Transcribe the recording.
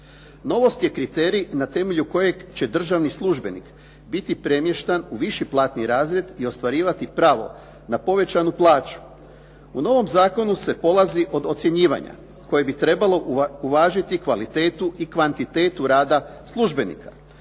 Novost je kriterij na temelju kojeg će državni službenik biti premješten u viši platni razred i ostvarivati pravo na povećanu plaću. U novom zakonu se polazi od ocjenjivanja koje bi trebalo uvažiti kvalitetu i kvantitetu rada službenika,